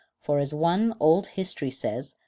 for as one old history says,